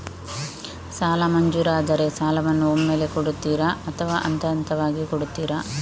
ಸಾಲ ಮಂಜೂರಾದರೆ ಸಾಲವನ್ನು ಒಮ್ಮೆಲೇ ಕೊಡುತ್ತೀರಾ ಅಥವಾ ಹಂತಹಂತವಾಗಿ ಕೊಡುತ್ತೀರಾ?